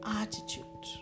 attitude